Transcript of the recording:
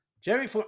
Jerry